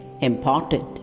important